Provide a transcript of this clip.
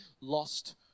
lost